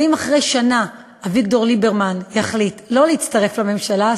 ואם אחרי שנה אביגדור ליברמן יחליט לא להצטרף לממשלה,